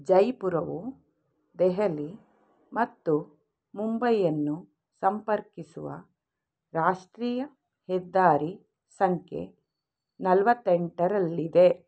ಜೈಪುರವು ದೆಹಲಿ ಮತ್ತು ಮುಂಬೈಯನ್ನು ಸಂಪರ್ಕಿಸುವ ರಾಷ್ಟ್ರೀಯ ಹೆದ್ದಾರಿ ಸಂಖ್ಯೆ ನಲವತ್ತೆಂಟರಲ್ಲಿದೆ